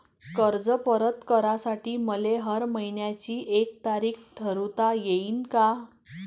कर्ज परत करासाठी मले हर मइन्याची एक तारीख ठरुता येईन का?